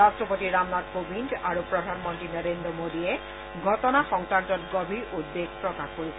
ৰাট্টপতি ৰামনাথ কোবিন্দ আৰু প্ৰধানমন্ত্ৰী নৰেন্দ্ৰ মোদীয়ে ঘটনা সংক্ৰান্তত গভীৰ উদ্বেগ প্ৰকাশ কৰিছে